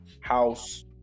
house